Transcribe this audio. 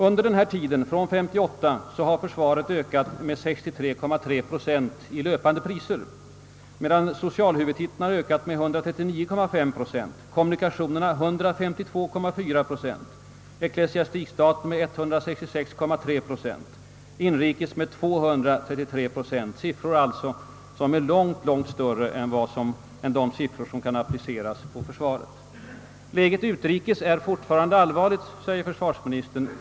Under denna tid från år 1958 har försvarets kostnader ökat med 63,3 procent i löpande priser medan socialhuvudtiteln har ökat med 139,5 procent, kommunikationerna med 152,4 procent, ecklesiastikstaten med 166,3 procent och inrikeshuvudtiteln med 233 procent alltså siffror som är långt större än de som kan appliceras på försvaret. Läget utrikes är fortfarande allvarligt, säger försvarsministern.